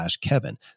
kevin